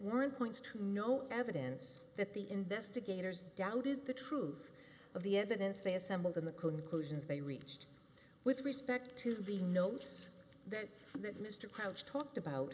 warrant points to no evidence that the investigators doubted the truth of the evidence they assembled in the conclusions they reached with respect to the notes that that mr crouch talked about